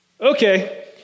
Okay